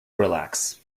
relax